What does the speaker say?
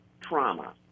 trauma